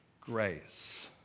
grace